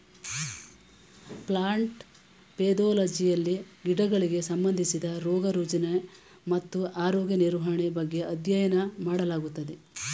plant ಪೆದೊಲಜಿಯಲ್ಲಿ ಗಿಡಗಳಿಗೆ ಸಂಬಂಧಿಸಿದ ರೋಗ ರುಜಿನ ಮತ್ತು ಆರೋಗ್ಯ ನಿರ್ವಹಣೆ ಬಗ್ಗೆ ಅಧ್ಯಯನ ಮಾಡಲಾಗುತ್ತದೆ